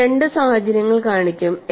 ഞാൻ രണ്ട് സാഹചര്യങ്ങൾ കാണിക്കും